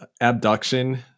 abduction